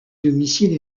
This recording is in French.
domicile